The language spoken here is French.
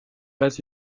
pas